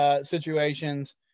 situations